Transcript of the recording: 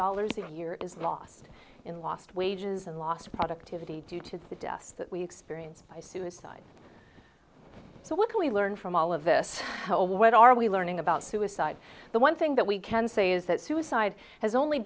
dollars a year is lost in lost wages and lost productivity due to the deaths that we experience by suicide so what can we learn from all of this what are we learning about suicide the one thing that we can say is that suicide has only